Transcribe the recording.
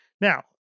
now